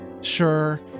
Sure